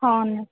on